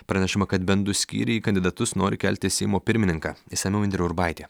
pranešimą kad bent du skyriai į kandidatus nori kelti seimo pirmininką išsamiau indrė urbaitė